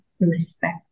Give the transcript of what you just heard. respect